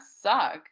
suck